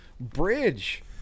bridge